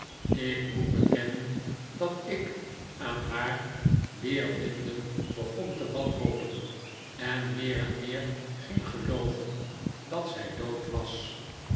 ik moet bekennen dat ik aan haar weervinden begon te wanhopen en meer en meer ging gelooven dat zij dood was